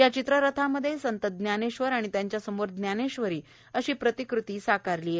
या चित्ररथामध्ये संत ज्ञानेश्वर आणि त्यांच्यासमोर ज्ञानेश्वरी अशी प्रतिकृती साकारली आहे